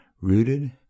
rooted